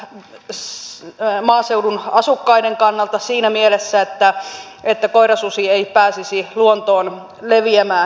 viss kannalta että maaseudun asukkaiden kannalta siinä mielessä että koirasusi ei pääsisi luontoon leviämään